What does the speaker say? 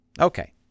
Okay